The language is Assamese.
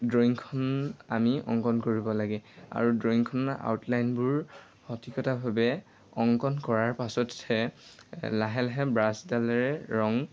ড্ৰয়িংখন আমি অংকন কৰিব লাগে আৰু ড্ৰয়িংখনৰ আউটলাইনবোৰ সঠিকতাভাৱে অংকন কৰাৰ পাছতহে লাহে লাহে ব্ৰাছডালেৰে ৰং